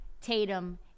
Tatum